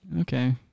Okay